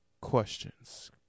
questions